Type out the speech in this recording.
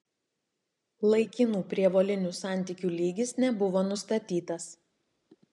laikinų prievolinių santykių lygis nebuvo nustatytas